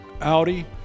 Audi